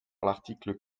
l’article